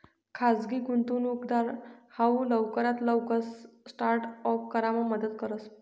खाजगी गुंतवणूकदार हाऊ लवकरात लवकर स्टार्ट अप करामा मदत करस